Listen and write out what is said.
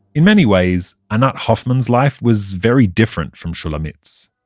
in many ways, anat hoffman's life was very different from shulamit's.